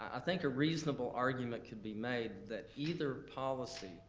ah think a reasonable argument could be made that, either policy,